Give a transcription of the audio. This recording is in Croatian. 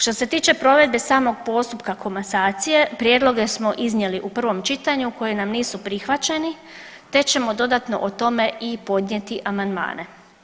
Što se tiče provedbe samog postupka komasacije, prijedloge smo iznijeli u prvom čitanju koje nam nisu prihvaćeno te ćemo dodatno o tome i podnijeti amandmane.